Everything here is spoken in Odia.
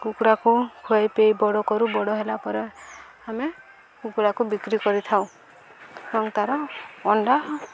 କୁକୁଡ଼ାକୁ ଖୁଆଇ ପିଏଇ ବଡ଼ କରୁ ବଡ଼ ହେଲା ପରେ ଆମେ କୁକୁଡ଼ାକୁ ବିକ୍ରି କରିଥାଉ ଏବଂ ତା'ର ଅଣ୍ଡା